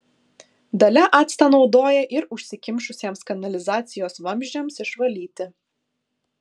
dalia actą naudoja ir užsikimšusiems kanalizacijos vamzdžiams išvalyti